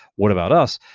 what about us?